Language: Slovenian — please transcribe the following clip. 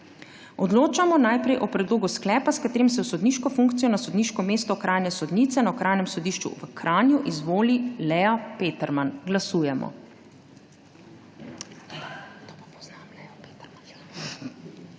Odločamo najprej o predlogu sklepa, s katerim se v sodniško funkcijo na sodniško mesto okrajne sodnice na Okrajnem sodišču v Kranju izvoli Lea Peterman. Glasujemo.